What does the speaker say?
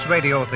Radio